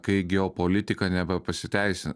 kai geopolitika neva pasiteisina